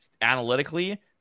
analytically